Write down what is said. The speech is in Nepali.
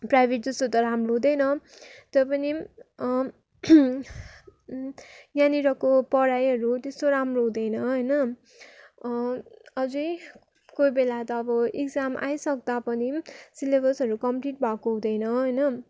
प्राइभेट जस्तो त राम्रो हुँदैन त्यो पनि यहाँनिरको पढाइहरू त्यस्तो राम्रो हुँदैन होइन अझै कोही बेला त अब एक्जाम आइसक्दा पनि सिलेबसहरू कम्पलिट भएको हुँदैन होइन